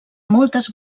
moltes